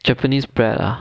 japanese bread ah